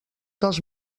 dels